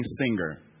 singer